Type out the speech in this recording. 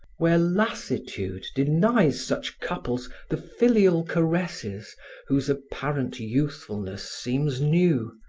where lassitude denies such couples the filial caresses whose apparent youthfulness seems new,